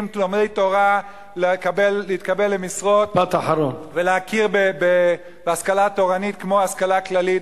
לומדי תורה להתקבל למשרות ולהכיר בהשכלה תורנית כהשכלה כללית,